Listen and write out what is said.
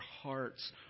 hearts